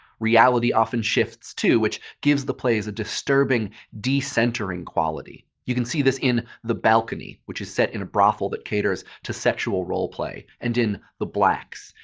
reality often shifts, too, which gives the plays a disturbing, decentering quality. you can see this in the balcony, which is set in a brothel that caters to sexual role play, and in the blacks,